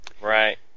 Right